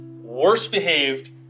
worst-behaved